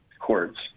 courts